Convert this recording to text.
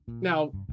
Now